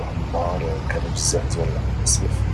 واحد النهار كانو بزاف ذيال العواصف